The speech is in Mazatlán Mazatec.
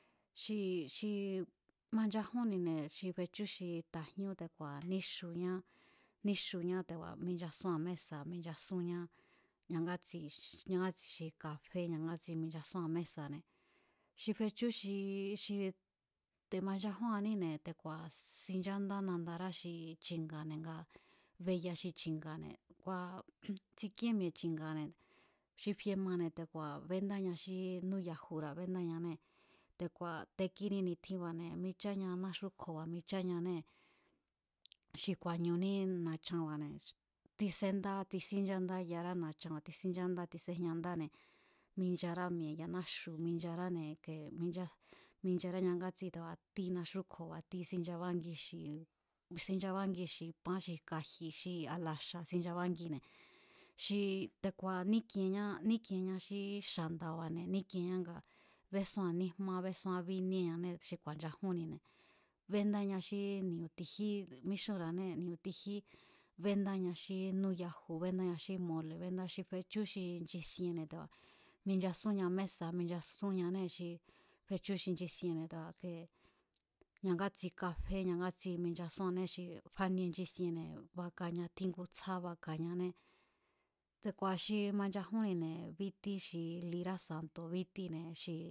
Xi xi manchajúnine̱ xi fechú xi ta̱jñú te̱ku̱a̱ níxuñá, níxuñá te̱ku̱a̱ minchasúnña mésa̱ minchasúnñá ñangátsi, ñangátsi xi kafé ñangátsi michasúan mésa̱ne̱ xi fechú xi xi te̱manchajúanníne̱, te̱ku̱a̱ xinchándá xi nandará chi̱nga̱ne̱ ngaa̱ be'ya xi chi̱nga̱ne̱ kua̱ tsikíén mi̱e̱ chi̱nga̱ne̱ xi fie mane̱ te̱ku̱a̱ bendáña xí núyajune̱, núyajura̱ bendáñanée̱, te̱ku̱a̱ te̱kini ni̱tjinba̱ne̱ micháa náxú kjo̱ micháñanée̱ xi ku̱a̱ñuní na̱chanba̱ne̱, tiséndá, tixínchándá yará na̱chanba̱ne̱ tixínchándá tiséjña ndáne̱ minchará mi̱e̱ yanáxu̱ mincharáne̱ i̱kie minchá, michará ñangátsi te̱ku̱a̱ ti naxú kjo̱ba̱ ti xinnchabángi xi xinchabangi xi pán xi kaji̱ xi alaxa̱ xinchabángine̱ xi te̱ku̱a̱ ník'ienñá, ník'ienña xí xa̱nda̱ba̱ne̱ ník'ienñá nga bésúan níjma besúán bíníéáné, xi ku̱a̱nchajúnnine̱ béndáña xí ni̱u̱ ti̱ji míxúnra̱anée̱, ni̱u̱ti̱jí bendáña xí núyaju béndáña xí mole̱ béndáá xi fechú xi nchisienne̱ te̱ku̱a̱ minchasúnña mesa̱ michasúnñanée̱ xi fechú xi nchisienne̱ te̱ku̱a̱ kee ñangátsi káfé ñangátsi minchasúanné xi fanie nchisienne̱ bakaña tjíngu tsjá bakañane, kua̱ xi manchajúnnine̱ bítí xi lirá santu̱ bítíne̱ xi.